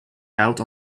out